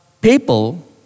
people